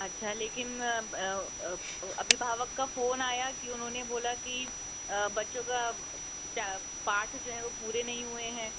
अच्छा लेकिन अभिभावक का फोन आया कि उन्होंने बोल कि बच्चों का पाठ जो है पूरे नहीं हुए है